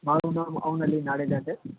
મારું નામ અવનલી નાદેજા છે